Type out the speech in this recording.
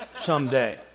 someday